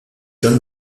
joint